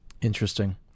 Interesting